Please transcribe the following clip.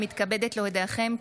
אני מתכבדת להודיעכם,